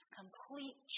complete